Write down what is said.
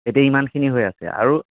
এতিয়া ইমানখিনি হৈ আছে আৰু